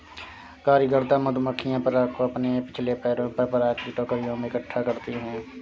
कार्यकर्ता मधुमक्खियां पराग को अपने पिछले पैरों पर पराग की टोकरियों में इकट्ठा करती हैं